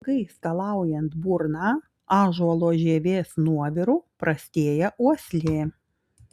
ilgai skalaujant burną ąžuolo žievės nuoviru prastėja uoslė